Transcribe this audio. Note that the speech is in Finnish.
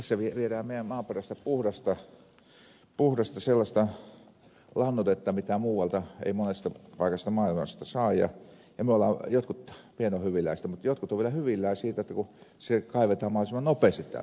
tässä viedään meidän maaperästämme sellaista puhdasta lannoitetta jota muualta ei monesta paikasta maailmasta saa ja jotkut ovat hyvillään siitä kun se kaivetaan vielä mahdollisimman nopeasti täältä maaperästä